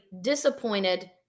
disappointed